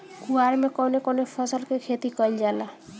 कुवार में कवने कवने फसल के खेती कयिल जाला?